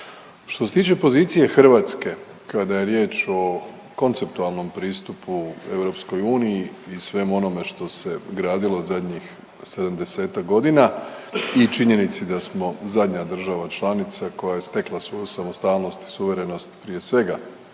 Što se tiče pozicije Hrvatske, kada je riječ o konceptualnom pristupu EU i svemu onome što se gradilo zadnjih 70-ak godina i činjenici da smo zadnja država članica koja je stekla svoju samostalnost i suverenost prije svega